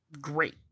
great